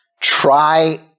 try